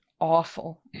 awful